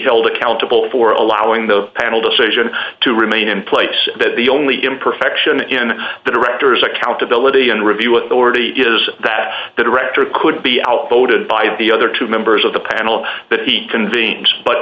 held accountable for allowing the panel decision to remain in place that the only imperfection in the director's accountability and review authority is that the director could be outvoted by the other two members of the panel that he convened but